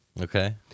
Okay